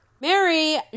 Mary